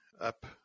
up